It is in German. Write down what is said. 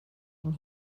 den